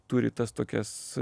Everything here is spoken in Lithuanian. turi tas tokias